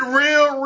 real